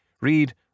read